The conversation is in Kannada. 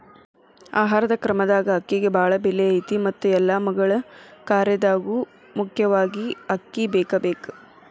ಆಹಾರ ಕ್ರಮದಾಗ ಅಕ್ಕಿಗೆ ಬಾಳ ಬೆಲೆ ಐತಿ ಮತ್ತ ಎಲ್ಲಾ ಮಗಳ ಕಾರ್ಯದಾಗು ಮುಖ್ಯವಾಗಿ ಅಕ್ಕಿ ಬೇಕಬೇಕ